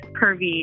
curvy